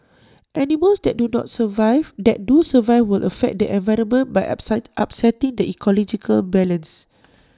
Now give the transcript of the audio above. animals that do not survive that do survive would affect the environment by upset upsetting the ecological balance